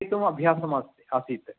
एकम् अभ्यासमास् आसीत्